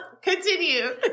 continue